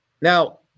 now